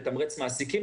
לתמרץ מעסיקים.